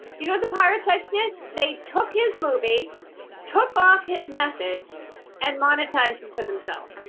you know, the pirate types. did they took his movie took off his message and monetized it for themselves,